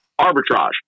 arbitrage